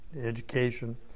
education